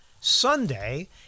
Sunday